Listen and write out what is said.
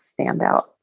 standout